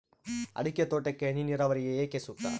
ಅಡಿಕೆ ತೋಟಕ್ಕೆ ಹನಿ ನೇರಾವರಿಯೇ ಏಕೆ ಸೂಕ್ತ?